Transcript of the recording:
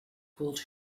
pulled